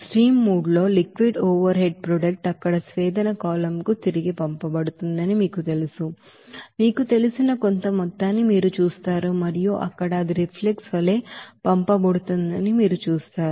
stream మూడులో liquid over head product అక్కడ distillation column కు తిరిగి పంపబడుతుందని మీకు తెలిసిన కొంత మొత్తాన్ని మీరు చూస్తారు మరియు అక్కడ అది రిఫ్లక్స్ వలే పంపబడుతుందని మీరు చూస్తారు